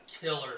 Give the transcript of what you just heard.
killer